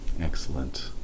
excellent